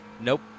Nope